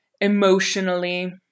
emotionally